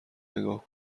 نگاه